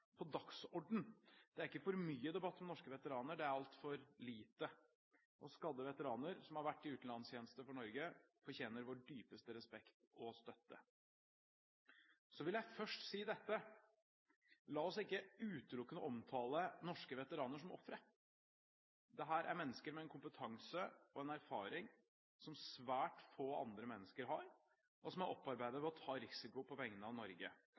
på dagsordenen. Det er ikke for mye debatt om norske veteraner, det er altfor lite, og skadde veteraner som har vært i utenlandstjeneste for Norge, fortjener vår dypeste respekt og støtte. Så vil jeg først si dette: La oss ikke utelukkende omtale norske veteraner som ofre. Dette er mennesker med en kompetanse og erfaring som svært få andre mennesker har, og som er opparbeidet ved å ta risiko på vegne av Norge.